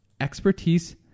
Expertise